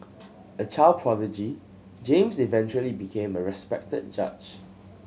a child prodigy James eventually became a respected judge